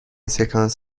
سکانس